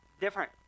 different